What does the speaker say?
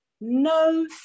no